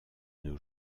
nos